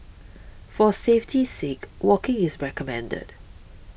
for safety's sake walking is recommended